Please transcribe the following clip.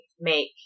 make